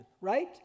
right